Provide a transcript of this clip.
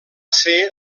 ser